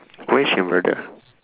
question brother